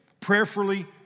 Prayerfully